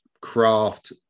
craft